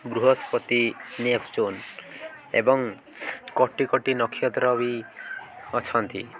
ବୃହସ୍ପତି Neptune ଏବଂ କୋଟି କୋଟି ନକ୍ଷତ୍ର ବି ଅଛନ୍ତି